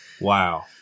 wow